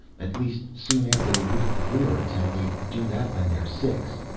at least soon after they leave the wards. and they do that when they're six.